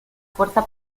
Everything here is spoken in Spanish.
fuerza